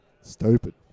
stupid